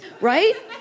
right